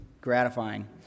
gratifying